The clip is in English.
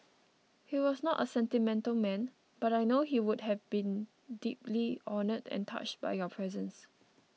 he was not a sentimental man but I know he would have been deeply honoured and touched by your presence